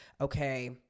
okay